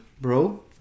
bro